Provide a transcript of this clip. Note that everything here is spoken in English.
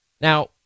Now